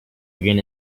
begin